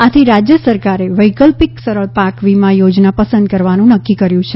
આથી રાજ્ય સરકારે વૈકલ્પિક સરળ પાક વીમા થોજના પસંદ કરવાનું નક્કી કર્યું છે